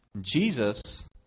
Jesus